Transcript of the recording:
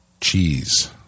cheese